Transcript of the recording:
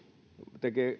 tekee